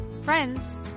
friends